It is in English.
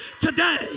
today